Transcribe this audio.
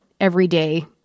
everyday